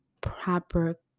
proper